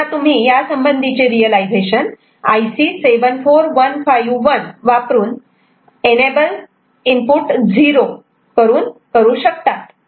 तेव्हा तुम्ही यासंबंधीचे रियलायझेशन IC 74151 वापरून एनेबल 0 सोबत करू शकतात